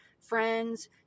Friends